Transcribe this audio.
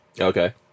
Okay